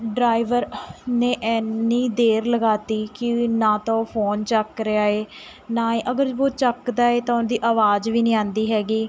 driver ਨੇ ਇੰਨੀ ਦੇਰ ਲਗਾ ਦਿੱਤੀ ਕਿ ਨਾ ਤਾਂ ਉਹ ਫ਼ੋਨ ਚੁੱਕ ਰਿਹਾ ਏ ਨਾ ਅਗਰ ਉਹ ਚੁੱਕਦਾ ਏ ਤਾਂ ਉਹਦੀ ਆਵਾਜ਼ ਵੀ ਨਹੀਂ ਆਉਂਦੀ ਹੈਗੀ